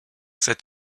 cet